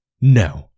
No